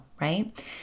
right